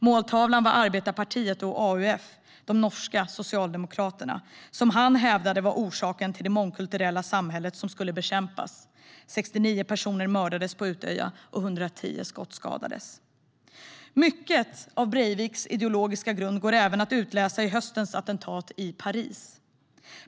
Måltavlan var Arbetarpartiet och AUF, de norska socialdemokraterna, som han hävdade var orsaken till det mångkulturella samhället som skulle bekämpas. 69 personer mördades på Utöya och 110 skottskadades. Mycket av Breiviks ideologiska grund går även att utläsa i höstens attentat i Paris.